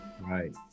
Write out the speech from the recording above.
Right